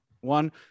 one